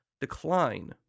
decline